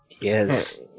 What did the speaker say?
yes